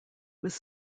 was